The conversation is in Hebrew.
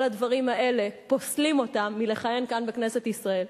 כל הדברים האלה פוסלים אותם מלכהן כאן בכנסת ישראל.